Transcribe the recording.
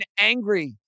angry